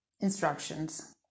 instructions